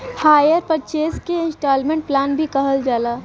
hire purchase के instalment plan भी कहल जाला